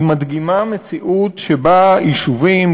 היא מדגימה מציאות שבה יישובים,